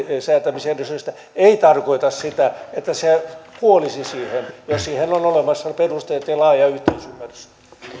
säätämisjärjestystä ei tarkoita sitä että se kuolisi siihen jos siihen on olemassa perusteet ja laaja yhteisymmärrys